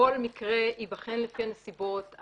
כל מקרה ייבחן לפי הנסיבות,